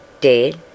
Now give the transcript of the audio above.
dead